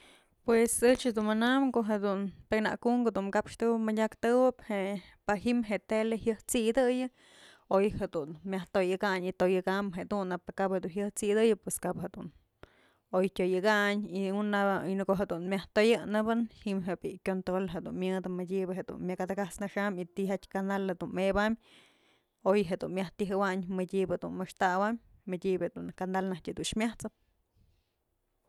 Pues ëch dun manam ko'o jedun pikanak unkë jedun kaxtëwëp mëdyaktëwëp je'e, paji'im je'e tele jyat'sidëyë oy jedun mayj toyëkayn y toyëkam jedun y pë kap jedun jyat'sidëyë pues kap jedun oy tyoyëkayn y una në ko'o jedun myaj toyëjnëbë ji'im je'e bi'i kyontrol jedun myëdë madyëbë dun myak jadakat'snaxaym y tyjatyë canal dun mëbaym oy jedun myaj tijawayn mëdyëbë dun maxtawaymbyë mëdyëbë dun canal nak dun myajt'sëp.